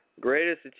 Greatest